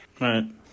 Right